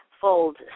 fold